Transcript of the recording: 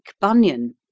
Bunyan